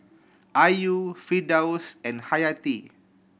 Ayu Firdaus and Hayati